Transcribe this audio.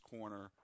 Corner